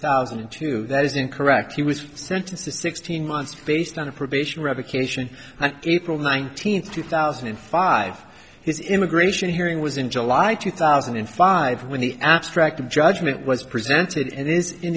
thousand and two that is incorrect he was sentenced to sixteen months based on a probation revocation an april nineteenth two thousand and five his immigration hearing was in july two thousand and five when the abstract of judgment was presented